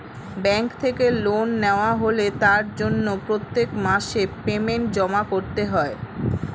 bank থেকে loan নেওয়া হলে তার জন্য প্রত্যেক মাসে পেমেন্ট জমা করতে হয়